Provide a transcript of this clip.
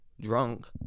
drunk